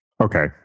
okay